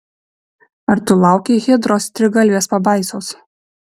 ar tu laukei hidros trigalvės pabaisos